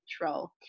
control